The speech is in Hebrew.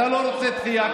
אתה לא רוצה דחייה?